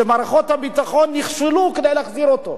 כשמערכות הביטחון נכשלו בהחזרה שלו.